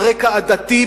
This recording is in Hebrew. על רקע עדתי,